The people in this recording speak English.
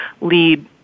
lead